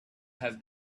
have